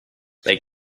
they